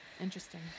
Interesting